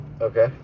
Okay